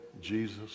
Jesus